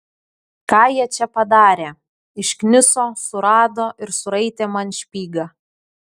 ką jie čia padarė iškniso surado ir suraitė man špygą